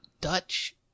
Dutch